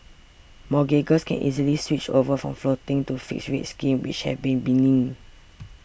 mortgagors can easily switch over from floating to fixed rate schemes which have been benign